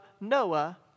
Noah